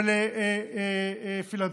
ולפילנתרופיה.